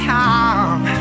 time